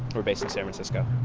we're based in san francisco